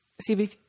See